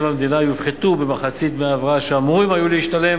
המדינה יופחתו במחצית דמי ההבראה שאמורים היו להשתלם